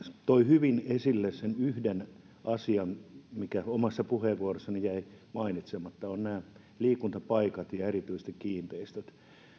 toi hyvin esille sen yhden asian mikä omassa puheenvuorossani jäi mainitsematta ja se on nämä liikuntapaikat ja erityisesti kiinteistöt